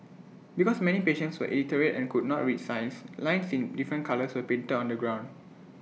because many patients were illiterate and could not read signs lines in different colours were painted on the ground